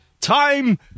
time